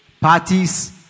parties